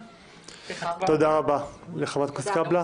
תודה רבה חברת הכנסת קאבלה.